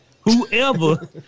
whoever